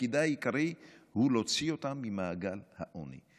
שתפקידה העיקרי הוא להוציא אותם ממעגל העוני.